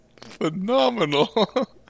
Phenomenal